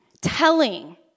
telling